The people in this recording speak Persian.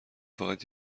فقط